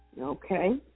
Okay